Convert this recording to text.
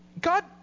God